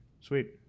Sweet